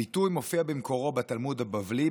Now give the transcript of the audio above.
הביטוי מופיע במקורו בתלמוד הבבלי,